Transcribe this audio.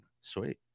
Sweet